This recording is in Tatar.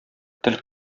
тел